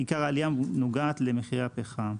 עיקר העלייה נוגעת למחירי הפחם.